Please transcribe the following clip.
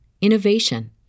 innovation